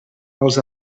els